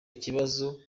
ibibazo